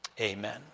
Amen